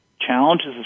challenges